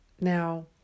Now